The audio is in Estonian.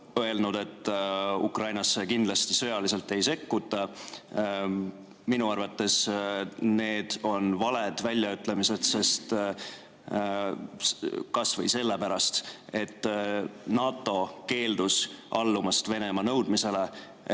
öelnud, et Ukrainas sõjaliselt kindlasti ei sekkuta. Minu arvates on need valed väljaütlemised, kas või sellepärast, et NATO keeldus allumast Venemaa nõudmisele,